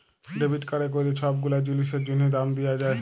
debit কাড়ে ক্যইরে ছব গুলা জিলিসের জ্যনহে দাম দিয়া যায়